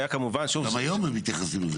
גם היום הם מתייחסים לזה ככה.